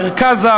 מרכזה,